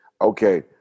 Okay